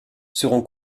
seront